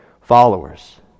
followers